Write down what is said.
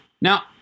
Now